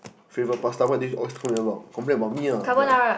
favourite pasta what this always complaining about complain about me ah yeah